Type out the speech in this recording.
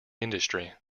industry